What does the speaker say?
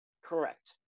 Correct